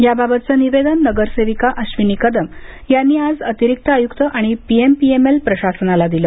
याबाबतचं निवेदन नगरसेविका अश्विनी कदम यांनी आज अतिरिक्त आयुक्त आणि पीएमपीएमएल प्रशासनाला दिलं